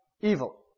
evil